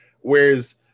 whereas